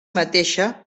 mateixa